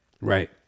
right